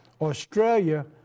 Australia